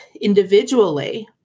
individually